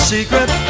Secret